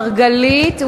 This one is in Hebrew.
מתנגדים.